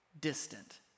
distant